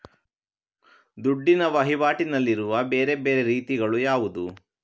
ದುಡ್ಡಿನ ವಹಿವಾಟಿನಲ್ಲಿರುವ ಬೇರೆ ಬೇರೆ ರೀತಿಗಳು ಯಾವುದು?